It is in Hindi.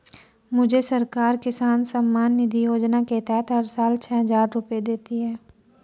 मुझे सरकार किसान सम्मान निधि योजना के तहत हर साल छह हज़ार रुपए देती है